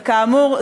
וכאמור,